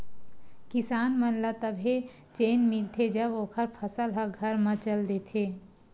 किसान मन ल तभे चेन मिलथे जब ओखर फसल ह घर म चल देथे